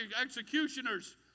executioners